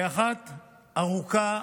והאחת ארוכה,